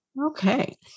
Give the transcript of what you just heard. Okay